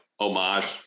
homage